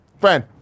friend